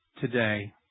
today